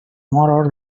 more